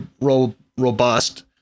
robust